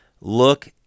look